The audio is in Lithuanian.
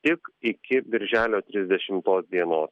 tik iki birželio trisdešimos dienos